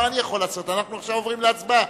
עכשיו אנחנו עוברים להצבעה.